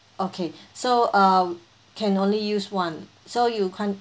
okay so uh can only use one so you can't